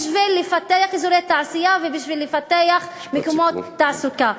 בשביל לפתח אזורי תעשייה ובשביל לפתח מקומות תעסוקה.